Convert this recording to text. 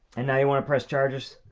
and now you want to press charges?